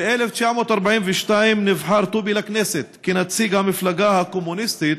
ב-1949 נבחר טובי לכנסת כנציג המפלגה הקומוניסטית,